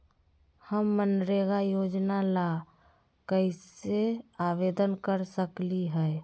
हम मनरेगा योजना ला कैसे आवेदन कर सकली हई?